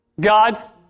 God